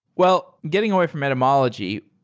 well, getting away from etymology,